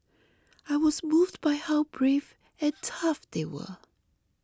I was moved by how brave and tough they were